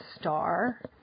star